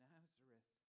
Nazareth